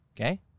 Okay